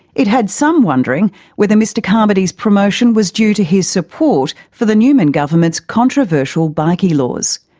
it had some wondering whether mr carmody's promotion was due to his support for the newman government's controversial bikie laws.